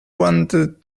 wanted